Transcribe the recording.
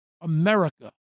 America